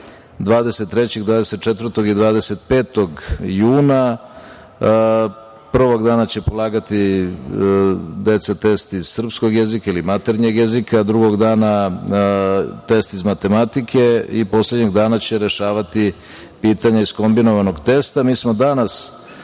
23, 24. i 25. juna. Prvog dana će polagati deca test iz srpskog jezika ili maternjeg jezika, drugog dana test iz matematike i poslednjeg dana će rešavati pitanja iz kombinovanog testa. Mi smo danas